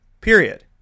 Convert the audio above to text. period